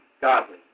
godly